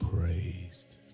praised